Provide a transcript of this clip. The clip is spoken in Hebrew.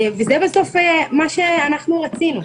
וזה בסוף מה שאנחנו רצינו.